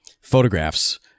photographs